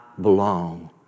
belong